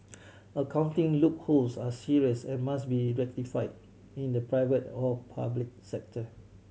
accounting loopholes are serious and must be rectify in the private or public sector